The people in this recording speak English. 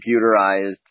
computerized